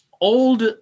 old